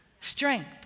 strength